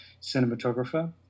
cinematographer